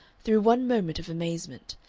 through one moment of amazement,